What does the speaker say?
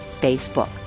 Facebook